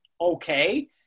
okay